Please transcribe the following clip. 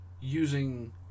using